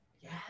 Yes